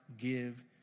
give